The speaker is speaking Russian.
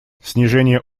снижение